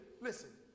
listen